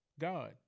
God